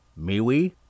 MeWe